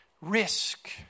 Risk